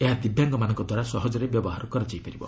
ଏହା ଦିବ୍ୟାଙ୍ଗମାନଙ୍କ ଦ୍ୱାରା ସହଜରେ ବ୍ୟବହାର କରାଯାଇପାରିବ